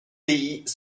pays